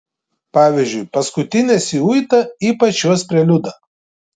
pavyzdžiui paskutinę siuitą ypač jos preliudą